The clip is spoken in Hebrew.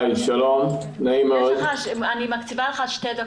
אני מקציבה לך שתי דקות.